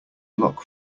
block